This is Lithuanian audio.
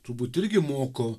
turbūt irgi moko